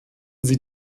sie